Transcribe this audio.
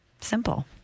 Simple